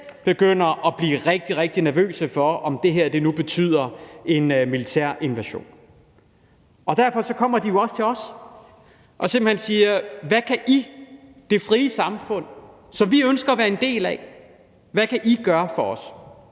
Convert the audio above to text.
begynder at blive rigtig, rigtig nervøse for, om det her nu betyder, at der kommer en militær invasion. Derfor kommer de jo også til os og siger: Hvad kan I – det frie samfund, som vi ønsker at være en del af – gøre for os?